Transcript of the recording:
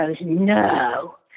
no